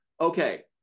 okay